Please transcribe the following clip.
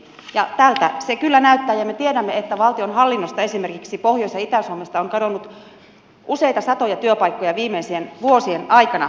tältä se kyllä näyttää ja me tiedämme että valtion hallinnosta esimerkiksi pohjois ja itä suomesta on kadonnut useita satoja työpaikkoja viimeisten vuosien aikana